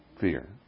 fear